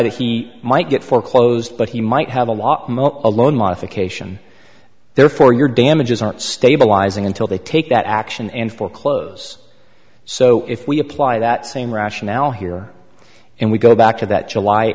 that he might get foreclosed but he might have a lot more of a loan modification therefore your damages aren't stabilizing until they take that action and foreclose so if we apply that same rationale here and we go back to that july